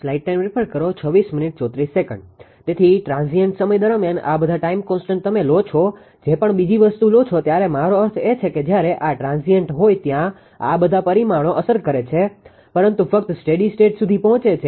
તેથી ટ્રાન્ઝીએન્ટ સમય દરમિયાન આ બધા ટાઇમ કોન્સ્ટન્ટ તમે લો છો જે પણ બીજી વસ્તુ લો છો ત્યારે મારો અર્થ એ છે કે જ્યારે આ ટ્રાન્ઝીએન્ટ હોય ત્યાં આ બધા પરિમાણો અસર કરે છે પરંતુ ફક્ત સ્ટેડી સ્ટેટ સુધી પહોંચે છે